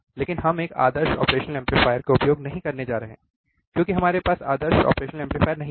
लेकिन हम एक आदर्श ऑपरेशनल एम्पलीफायर का उपयोग नहीं करने जा रहे हैं क्योंकि हमारे पास आदर्श ऑपरेशनल एम्पलीफायर नहीं है